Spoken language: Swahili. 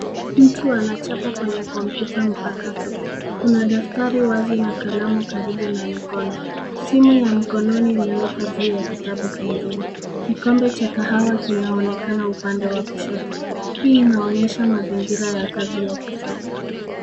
Mtu anachapa kwenye computer mpaka too. Kuna daftari wazi na kalamu karibu na mkono. Simu ya mkononi imewekwa juu ya kitabu kingine, kikombe cha kahawa kinaonekana upande wakushoto. Hii inaonyesha mazingira yakazi yakisasa.